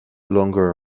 longer